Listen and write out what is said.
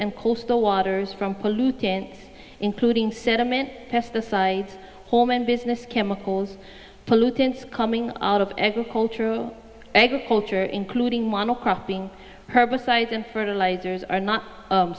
and coastal waters from pollutants including sediment pesticides home and business chemicals pollutants coming out of agricultural agriculture including monaco being herbicides and fertilisers are not